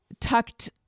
tucked